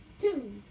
Two